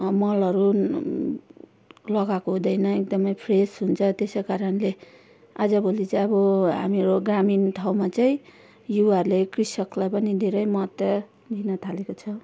मलहरू लगाको हुँदैन एकदमै फ्रेस हुन्छ त्यसै कारणले आजभोलि चाहिँ अब हामीहरू ग्रामीण ठाउँमा चाहिँ युवाहरूले कृषकलाई पनि धेरै महत्त्व दिन थालेको छ